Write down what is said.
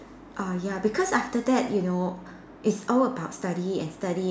ah ya because after that you know it's all about study and study